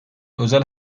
özel